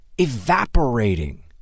evaporating